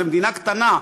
זו מדינה קטנה,